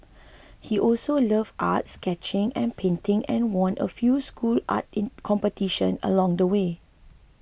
he also art sketching and painting and won a few school art in competition along the way